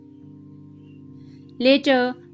Later